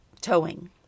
towing